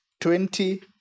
twenty